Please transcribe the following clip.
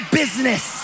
business